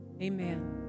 amen